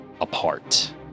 apart